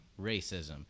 racism